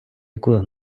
яку